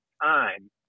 time